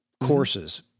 courses